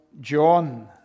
John